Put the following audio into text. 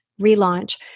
Relaunch